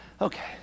Okay